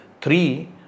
Three